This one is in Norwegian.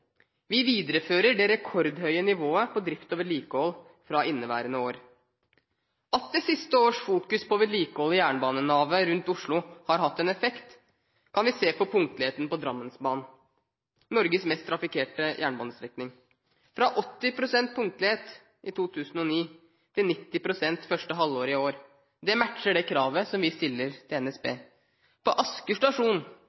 Vi viderefører det rekordhøye nivået på drift og vedlikehold fra inneværende år. At det siste års fokusering på vedlikehold i jernbanenavet rundt Oslo har hatt en effekt, kan vi se på punktligheten på Drammensbanen, Norges mest trafikkerte jernbanestrekning – fra 80 pst. punktlighet i 2009 til 90 pst. punktlighet i første halvår i år. Det matcher det kravet som vi stiller til